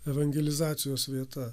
evangelizacijos vieta